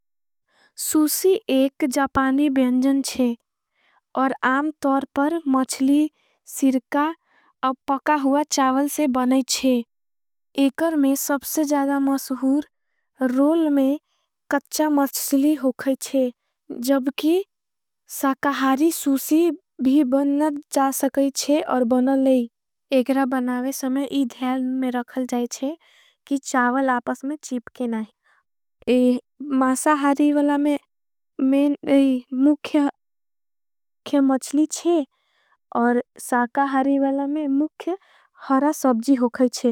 सूसी एक जपानी बेंजन है और आम तोर पर। मछली सिरका और पका हुआ चावल से। बनाईच्छे एकर में सबसे ज़्यादा मसुहूर रोल। में कच्चा मछली होगाईच्छे जबकि साकहारी। सूसी भी बनन जा सकाईच्छे और बनन लाई। एकरा बनावे समय इध्याय में रखल जाईच्छे। कि चावल आपस में चीप के नाई मासा। हारीवला में मुख्या मछली चे और साका। हारीवला में मुख्या हरा सबजी होगाईच्छे।